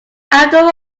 after